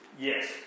Yes